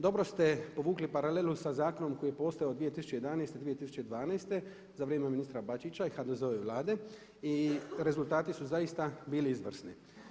Dobro ste povukli paralelu sa zakonom koji je postojao 2011., 2012. za vrijeme ministra Bačića i HDZ-ove Vlade i rezultati su zaista bili izvrsni.